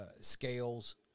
scales